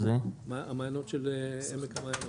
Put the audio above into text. המעיינות של עמק המעיינות,